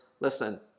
listen